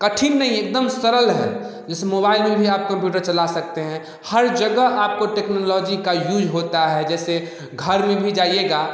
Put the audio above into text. कठिन नहीं एकदम सरल है जैसे मोबाइल में भी आप कंप्यूटर चला सकते हैं हर जगह आपको टेक्नोलॉजी का यूज होता है जैसे घर में भी जाइएगा